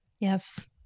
Yes